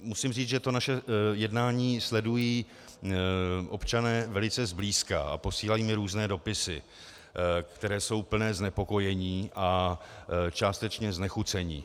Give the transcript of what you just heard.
Musím říct, že naše jednání sledují občané velice zblízka a posílají mi různé dopisy, které jsou plné znepokojení a částečně znechucení.